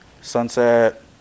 Sunset